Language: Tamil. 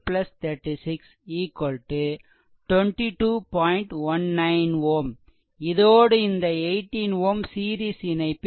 91 Ω இதோடு இந்த 18 Ω சீரிஸ் இணைப்பில் வரும்